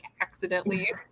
accidentally